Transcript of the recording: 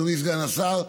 אדוני סגן השר,